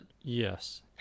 Yes